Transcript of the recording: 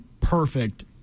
Perfect